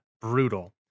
brutal